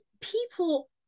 people